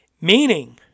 Meaning